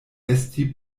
esti